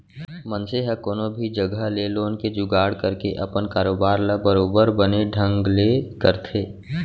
मनसे ह कोनो भी जघा ले लोन के जुगाड़ करके अपन कारोबार ल बरोबर बने ढंग ले करथे